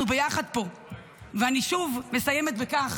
ויושבים כאן,